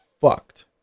fucked